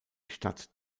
stadt